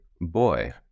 boy